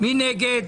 מי נגד?